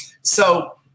So-